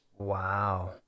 Wow